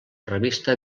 revista